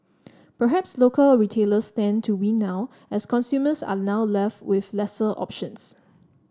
perhaps local retailers stand to win now as consumers are now left with lesser options